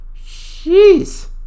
Jeez